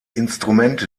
instrumente